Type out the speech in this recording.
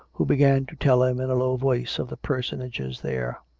who began to tell him in a low voice of the personages there.